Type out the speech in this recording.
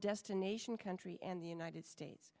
destination country and the united states